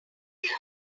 their